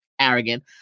arrogant